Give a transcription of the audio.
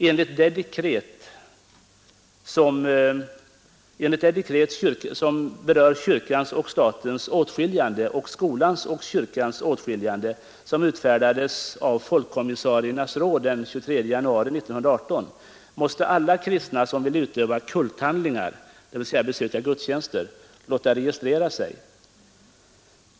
Enligt det dekret om kyrkans och statens åtskiljande och skolans och kyrkans åtskiljande, som utfärdades av folkkommissariernas råd den 23 januari 1918, måste alla kristna som vill ”utöva kulthandlingar”, dvs. besöka gudstjänster, låta registrera sig.